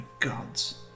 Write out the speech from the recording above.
gods